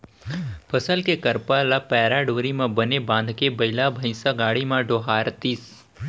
फसल के करपा ल पैरा डोरी म बने बांधके बइला भइसा गाड़ी म डोहारतिस